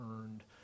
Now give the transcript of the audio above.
earned